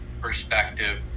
perspective